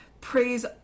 Praise